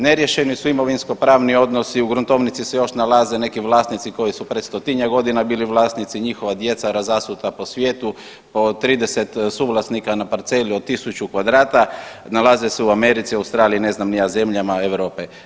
Neriješeni su imovinskopravni odnosi, u gruntovnici se još nalaze neki vlasnici koji su pred stotinjak godina bili vlasnici, njihova djeca razasuta po svijetu, po 30 suvlasnika na parceli od 1000 kvadrata, nalaze se u Americi, Australiji, ne znam ni ja zemljama Europe.